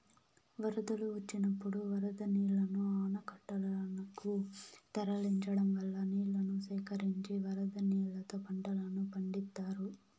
వరదలు వచ్చినప్పుడు వరద నీళ్ళను ఆనకట్టలనకు తరలించడం వల్ల నీళ్ళను సేకరించి వరద నీళ్ళతో పంటలను పండిత్తారు